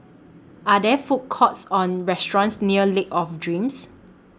Are There Food Courts Or restaurants near Lake of Dreams